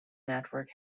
network